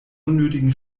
unnötigen